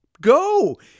go